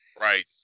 Right